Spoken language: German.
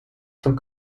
zum